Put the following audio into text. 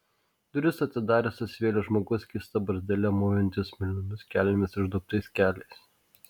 duris atidarė susivėlęs žmogus skysta barzdele mūvintis mėlynomis kelnėmis išduobtais keliais